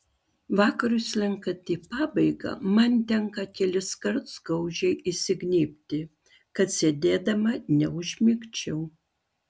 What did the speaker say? vakarui slenkant į pabaigą man tenka keliskart skaudžiai įsignybti kad sėdėdama neužmigčiau